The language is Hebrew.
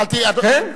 כן.